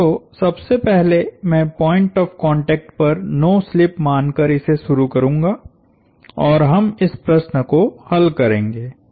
तो सबसे पहले मैं पॉइंट ऑफ़ कांटेक्ट पर नो स्लिप मानकर इसे शुरू करूंगा और हम इस प्रश्न को हल करेंगे